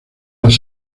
las